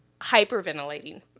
hyperventilating